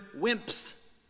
wimps